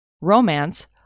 romance